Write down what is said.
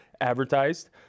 advertised